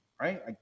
right